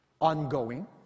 ongoing